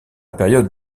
période